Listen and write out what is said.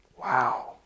Wow